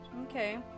Okay